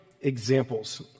examples